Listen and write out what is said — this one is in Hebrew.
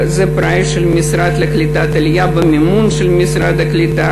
זה פרויקט של המשרד לקליטת העלייה במימון של המשרד לקליטת